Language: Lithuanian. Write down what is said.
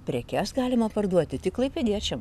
prekes galima parduoti tik klaipėdiečiam